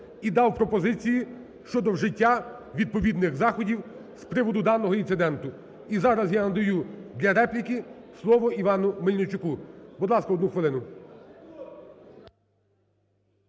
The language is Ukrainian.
і дав пропозиції щодо вжиття відповідних заходів з приводу даного інциденту. І зараз я надаю для репліки слово Івану Мельничуку. Будь ласка, одну хвилину.